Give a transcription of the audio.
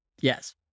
Yes